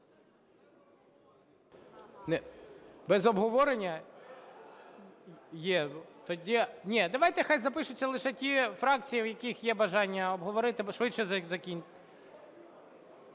Без обговорення? Ні, давайте хай запишуться лише ті фракції, в яких є бажання обговорити, бо швидше… Запишіться: